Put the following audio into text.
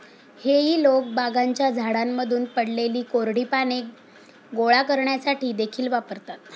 हेई लोक बागांच्या झाडांमधून पडलेली कोरडी पाने गोळा करण्यासाठी देखील वापरतात